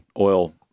oil